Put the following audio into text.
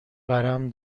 ورم